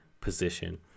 position